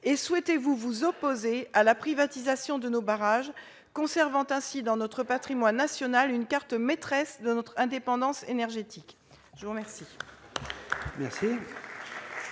? Entendez-vous vous opposer à la privatisation de nos barrages, conservant ainsi dans notre patrimoine national une carte maîtresse de notre indépendance énergétique ? La parole